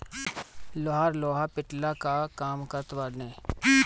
लोहार लोहा पिटला कअ काम करत बाने